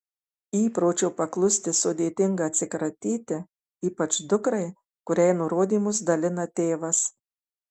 įpročio paklusti sudėtinga atsikratyti ypač dukrai kuriai nurodymus dalina tėvas